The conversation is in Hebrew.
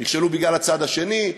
נכשלו בגלל הצד השני,